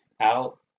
out